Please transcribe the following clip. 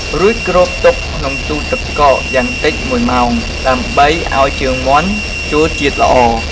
រួចគ្របទុកក្នុងទូទឹកកកយ៉ាងតិច ១ ម៉ោង ដើម្បីឱ្យជើងមាន់ចូលជាតិល្អ។